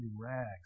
rags